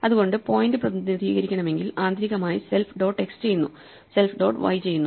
അതുകൊണ്ട് പോയിന്റ് പ്രതിനിധീകരിക്കണമെങ്കിൽ ആന്തരികമായി സെൽഫ് ഡോട്ട് X ചെയ്യുന്നു സെൽഫ് ഡോട്ട് Y ചെയ്യുന്നു